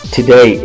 Today